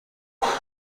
بیچاره